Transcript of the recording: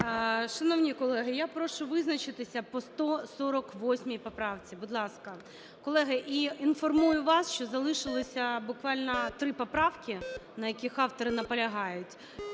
Шановні колеги, я прошу визначитися по 148 поправці, будь ласка. Колеги, і інформую вас, що залишилося буквально три поправки, на яких автори наполягають.